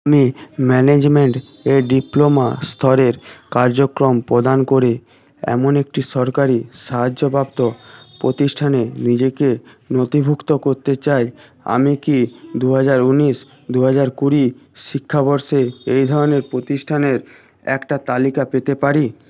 আমি ম্যানেজমেন্টে ডিপ্লোমা স্তরের কার্যক্রম প্রদান করে এমন একটি সরকারি সাহায্যপ্রাপ্ত প্রতিষ্ঠানে নিজেকে নথিভুক্ত করতে চাই আমি কি দু হাজার উনিশ দু হাজার কুড়ি শিক্ষাবর্ষে এই ধরনের প্রতিষ্ঠানের একটা তালিকা পেতে পারি